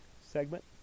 segment